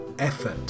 effort